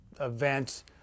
event